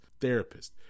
therapist